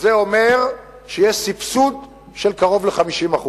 זה אומר שיש סבסוד של קרוב ל-50%.